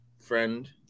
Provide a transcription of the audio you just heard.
friend